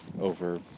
over